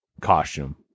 costume